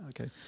Okay